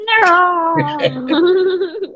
No